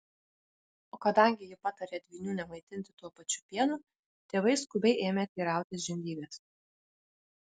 o kadangi ji patarė dvynių nemaitinti tuo pačiu pienu tėvai skubiai ėmė teirautis žindyvės